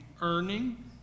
earning